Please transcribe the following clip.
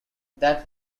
that